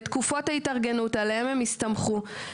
בתקופת ההתארגנות עליה הם הסתמכו,